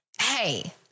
hey